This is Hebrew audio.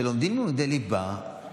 שלומדים לימודי ליבה,